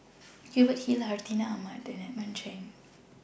Hubert Hill Hartinah Ahmad and Edmund Cheng